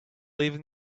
leaving